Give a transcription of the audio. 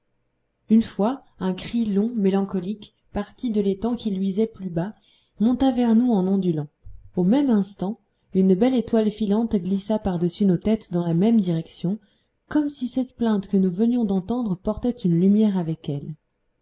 une fois un cri long mélancolique parti de l'étang qui luisait plus bas monta vers nous en ondulant au même instant une belle étoile filante glissa par-dessus nos têtes dans la même direction comme si cette plainte que nous venions d'entendre portait une lumière avec elle